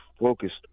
focused